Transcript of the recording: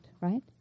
right